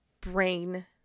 brain